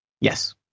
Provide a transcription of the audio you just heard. Yes